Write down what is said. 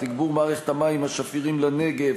תגבור מערכת המים השפירים לנגב,